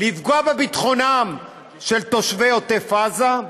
ולפגוע בביטחונם של תושבי עוטף עזה.